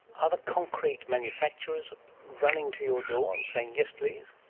are the concrete manufacturers running to your door and saying yes please?